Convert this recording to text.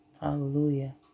Hallelujah